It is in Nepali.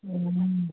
ए